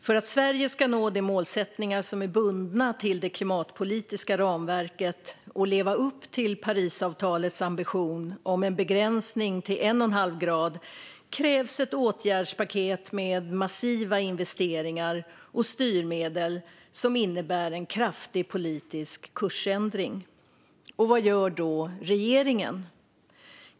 För att Sverige ska nå de målsättningar som är bundna till det klimatpolitiska ramverket och leva upp till Parisavtalets ambition om en begränsning till 1,5 grader krävs ett åtgärdspaket med massiva investeringar och styrmedel som innebär en kraftig politisk kursändring. Vad gör då regeringen?